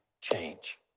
change